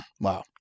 Wow